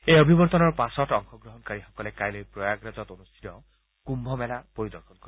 এই অভিৱৰ্তনৰ পাছত অংশগ্ৰহণকাৰীসকলে কাইলৈ প্ৰয়াগৰাজত অনুষ্ঠিত কুম্ভ মেলা দৰ্শন কৰিব